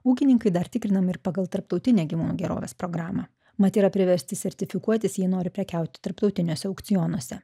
ūkininkai dar tikrinami ir pagal tarptautinę gyvūnų gerovės programą mat yra priversti sertifikuotis jei nori prekiaut tarptautiniuose aukcionuose